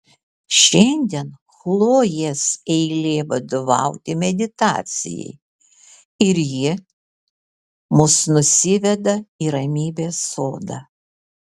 šiandien chlojės eilė vadovauti meditacijai ir ji mus nusiveda į ramybės sodą